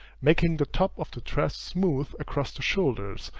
making the top of the dress smooth across the shoulders,